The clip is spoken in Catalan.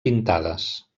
pintades